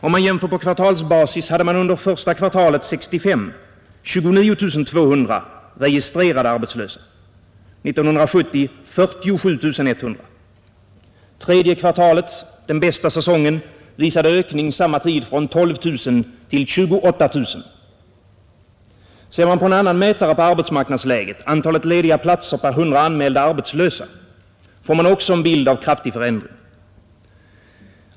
Om man jämför på kvartalsbasis hade man under första kvartalet 1965 29 200 registrerade arbetslösa, 1970 47 100. Tredje kvartalet, den bästa säsongen, visade ökning samma tid från 12 000 till 28 000. Ser man på en annan mätare på arbetsmarknadsläget — antalet lediga platser per 100 anmälda arbetslösa — får man också en bild av kraftig förändring.